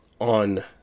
on